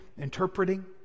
interpreting